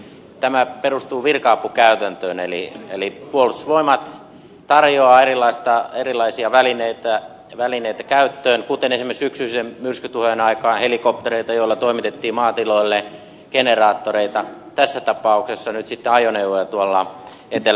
tämä perustuu virka apukäytäntöön eli puolustusvoimat tarjoaa käyttöön erilaisia välineitä kuten esimerkiksi syksyisten myrskytuhojen aikaan helikoptereita joilla toimitettiin maatiloille generaattoreita tässä tapauksessa nyt sitten ajoneuvoja tuolla etelä savossa